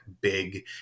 big